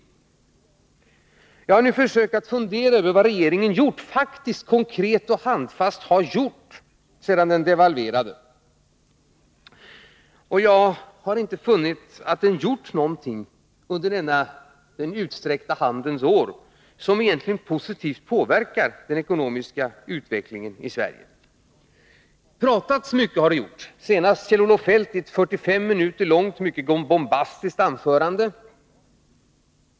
Jag har försökt att fundera över vad regeringen faktiskt, konkret och handfast har gjort sedan den devalverade. Jag har inte funnit att den gjort något, under denna den utsträckta handens år, som egentligen positivt påverkar den ekonomiska utvecklingen i Sverige. Det har pratats mycket — senast av Kjell-Olof Feldt i ett 45 min. långt och mycket bombastiskt anförande.